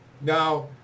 now